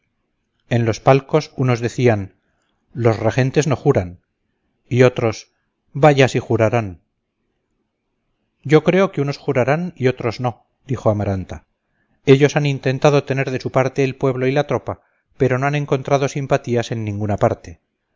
en los palcos unos decían los regentes no juran y otros vaya si jurarán yo creo que unos jurarán y otros no dijo amaranta ellos han intentado tener de su parte el pueblo y la tropa pero no han encontrado simpatías en ninguna parte